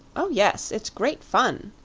oh, yes it's great fun,